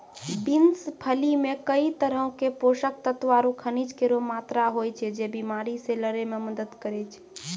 beans फली मे कई तरहो क पोषक तत्व आरु खनिज केरो मात्रा होय छै, जे बीमारी से लड़ै म मदद करै छै